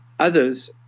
Others